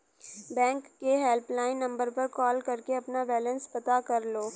bank के helpline number पर call करके अपना बैलेंस पता कर लो